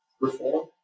reform